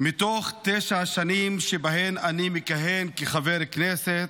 מתוך תשע שנים שבהן אני מכהן כחבר כנסת,